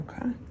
Okay